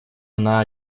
она